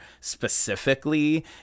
specifically